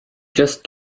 just